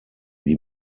die